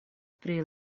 pri